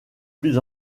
plus